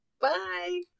Bye